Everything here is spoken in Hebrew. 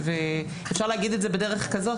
אפשר להגיד את זה בדרך כזאת,